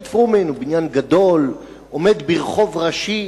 בית-פרומין הוא בניין גדול שעומד ברחוב ראשי,